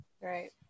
right